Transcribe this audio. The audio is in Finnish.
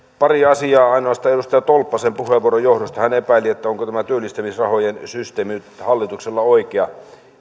pari asiaa ainoastaan edustaja tolppasen puheenvuoron johdosta hän epäili onko tämä työllistämisrahojen systeemi nyt hallituksella oikea